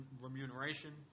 remuneration